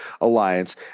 alliance